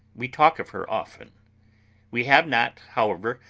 we talk of her often we have not, however,